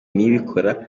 niyibikora